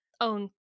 own